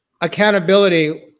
accountability